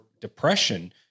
depression